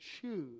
choose